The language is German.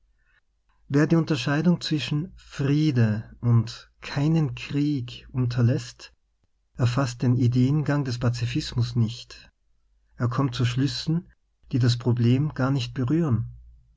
wer die unterscheidung zwischen friede und keinen krieg unterläßt erfaßt den ideengang des pazifismus nicht er kommt zu schlüssen die das pro blem gar nicht berühren